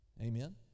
Amen